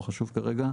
לא חשוב כרגע,